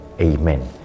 Amen